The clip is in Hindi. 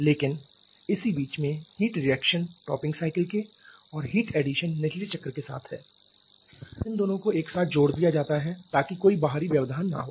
लेकिन इसी बीच में हीट रिजेक्शन टॉपिंग साइकल के औरहीट एडिशन निचले चक्र के साथ है इन दोनों को एक साथ जोड़ दिया जाता है ताकि कोई बाहरी व्यवधान न हो